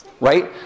right